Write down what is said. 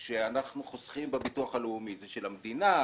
זה של המדינה?